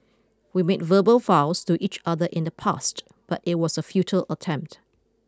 we made verbal vows to each other in the past but it was a futile attempt